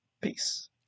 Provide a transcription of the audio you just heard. Peace